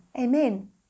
Amen